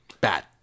Bad